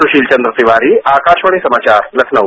सुशील चन्द्र तिवारी आकाशवाणी समाचार लखनऊ